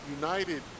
United